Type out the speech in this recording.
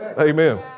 Amen